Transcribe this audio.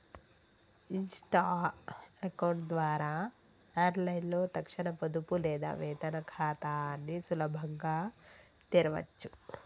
Insta account ద్వారా ఆన్లైన్లో తక్షణ పొదుపు లేదా వేతన ఖాతాని సులభంగా తెరవచ్చు